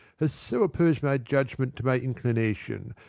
has so opposed my judgment to my inclination,